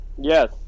Yes